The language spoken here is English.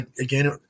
Again